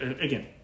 again